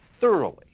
thoroughly